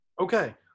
Okay